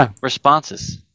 responses